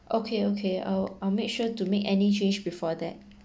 okay okay I'll I'll make sure to make any change before that